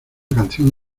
canción